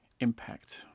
impact